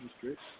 district